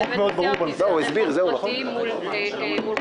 זה באמת הפתיע אותי: חוק פרטי מול חוק-יסוד.